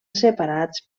separats